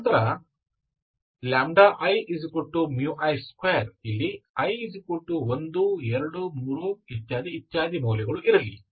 ನಂತರ ii2 ಇಲ್ಲಿ i 1 2 3 ಮತ್ತು ಇತ್ಯಾದಿ ಮೌಲ್ಯಗಳು ಇರಲಿ